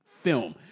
film